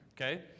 okay